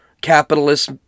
capitalist